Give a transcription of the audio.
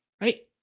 right